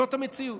זאת המציאות.